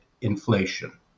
inflation